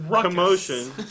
commotion